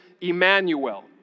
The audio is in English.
Emmanuel